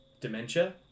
dementia